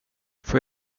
får